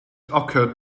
occurred